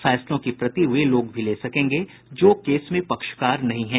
फैसलों की प्रति वे लोग भी ले सकेंगे जो केस में पक्षकार नहीं है